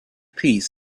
piece